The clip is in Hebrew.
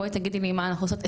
בואי תגידי לי מה אנחנו עושות",